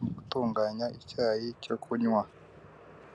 mu gutunganya icyayi cyo kunywa.